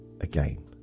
again